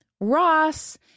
Ross